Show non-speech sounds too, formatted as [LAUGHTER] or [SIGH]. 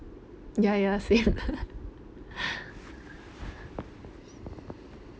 ya ya same [LAUGHS]